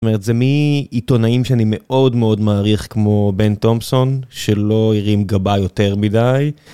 זאת אומרת זה מעיתונאים שאני מאוד מאוד מעריך כמו בן תומפסון שלא הרים גבה יותר מדי.